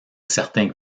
certains